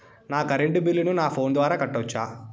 నా కరెంటు బిల్లును నా ఫోను ద్వారా కట్టొచ్చా?